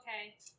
okay